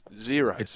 Zero